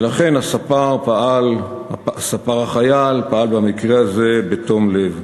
ולכן הספר-החייל פעל במקרה הזה בתום לב.